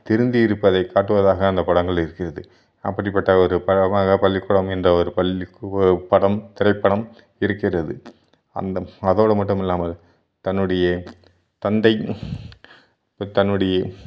திருந்தி இருப்பதை காட்டுவதாக அந்த படங்கள் இருக்கிறது அப்படிப்பட்ட ஒரு படமாக பள்ளிக்கூடம் என்ற ஒரு பள்ளிக்கூ படம் திரைப்படம் இருக்கிறது அந்த அதோட மட்டும் இல்லாமல் தன்னுடைய தந்தை தன்னுடைய